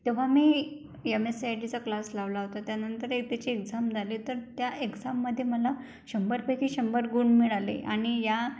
तेव्हा मी M H C I टीचा क्लास लावला होता त्यानंतर एक त्याची एक्झाम झाली तर त्या एक्झामध्ये मला शंभर पैकी शंभर गुण मिळाले आणि या